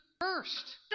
first